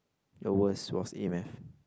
your worst was A math